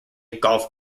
golf